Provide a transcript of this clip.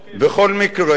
בכל מקרה,